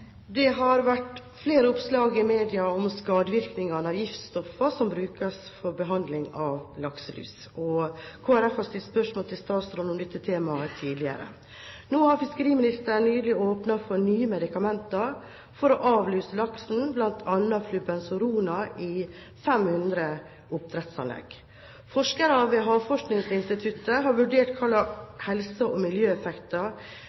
Det har vært flere oppslag i media om skadevirkningene av giftstoffer som brukes til behandling av lakselus. Kristelig Folkeparti har stilt spørsmål til statsråden om temaet tidligere. Nå har fiskeriministeren nylig åpnet for nye medikamenter for å avluse laksen, bl.a. flubenzuroner, i 500 oppdrettsanlegg. Forskere ved Havforskningsinstituttet har vurdert